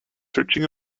searching